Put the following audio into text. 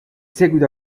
seguito